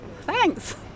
Thanks